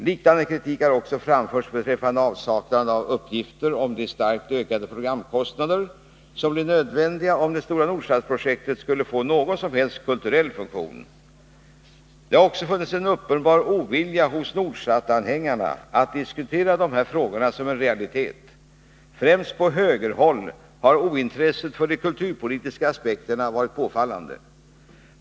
Liknande kritik har också framförts beträffande avsaknaden av uppgifter om de starkt ökade programkostnader som blir nödvändiga om det stora Nordsatprojektet skall få någon som helst kulturell funktion. Det har också funnits en uppenbar ovilja hos Nordsatanhängarna att diskutera dessa frågor som en realitet. Främst på högerhåll har ointresset för de kulturpolitiska aspekterna varit påfallande.